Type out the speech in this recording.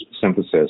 synthesis